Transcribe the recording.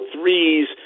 threes